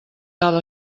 tal